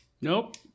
Nope